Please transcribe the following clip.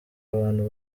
abantu